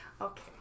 Okay